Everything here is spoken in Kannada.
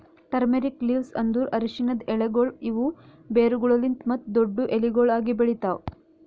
ಟರ್ಮೇರಿಕ್ ಲೀವ್ಸ್ ಅಂದುರ್ ಅರಶಿನದ್ ಎಲೆಗೊಳ್ ಇವು ಬೇರುಗೊಳಲಿಂತ್ ಮತ್ತ ದೊಡ್ಡು ಎಲಿಗೊಳ್ ಆಗಿ ಬೆಳಿತಾವ್